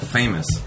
famous